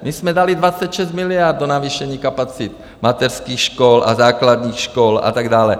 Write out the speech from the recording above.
My jsme dali 26 miliard do navýšení kapacit mateřských škol a základních škol a tak dále.